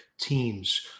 teams